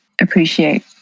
appreciate